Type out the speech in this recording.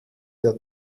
der